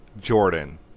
Jordan